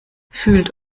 fühlt